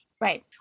right